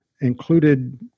included